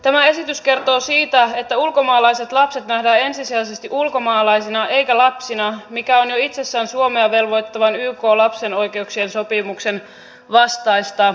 tämä esitys kertoo siitä että ulkomaalaiset lapset nähdään ensisijaisesti ulkomaalaisina eikä lapsina mikä on jo itsessään suomea velvoittavan ykn lapsen oikeuksien sopimuksen vastaista